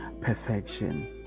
perfection